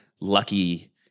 lucky